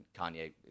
kanye